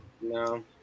No